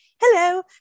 Hello